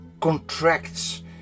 contracts